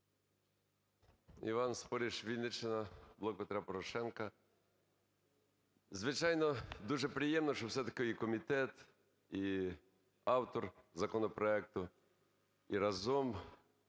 Іван Спориш, Вінниччина, "Блок Петра Порошенка". Звичайно, дуже приємно, що все-таки і комітет, і автор законопроекту, і разом